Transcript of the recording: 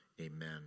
Amen